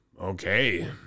Okay